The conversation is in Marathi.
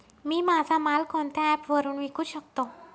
मी माझा माल कोणत्या ॲप वरुन विकू शकतो?